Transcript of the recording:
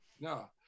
no